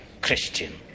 Christian